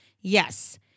yes